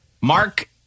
Mark